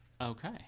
Okay